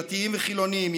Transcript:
דתיים וחילונים,